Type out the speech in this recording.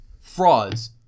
Frauds